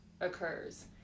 occurs